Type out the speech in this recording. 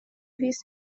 his